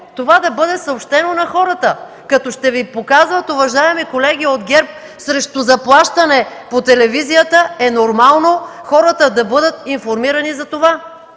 това да бъде съобщено на хората. Като ще Ви показват, уважаеми колеги от ГЕРБ, срещу заплащане по телевизията, е нормално хората да бъдат информирани за това.